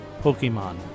Pokemon